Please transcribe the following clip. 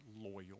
loyal